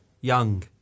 young